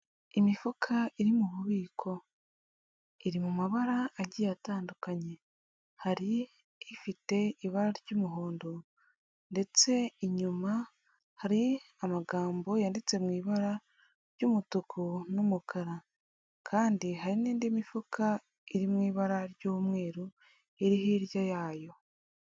Imifuka iri mu bubiko, iri mu mabara agiye atandukanye. Hari ifite ibara ry'umuhondo, ndetse inyuma hari amagambo yanditse mu ibara ry'umutuku n'umukara, kandi hari n'indi mifuka iri mu ibara ry'umweru iri hirya yayo.